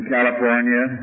California